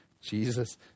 Jesus